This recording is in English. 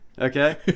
Okay